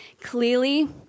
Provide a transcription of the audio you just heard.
clearly